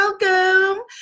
welcome